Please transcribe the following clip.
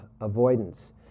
avoidance